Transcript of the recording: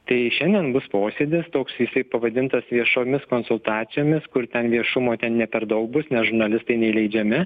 tai šiandien bus posėdis toks jisai pavadintas viešomis konsultacijomis kur ten viešumo ten ne per daug bus nes žurnalistai neįleidžiami